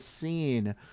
scene